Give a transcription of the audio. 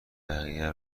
بقیه